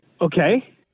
okay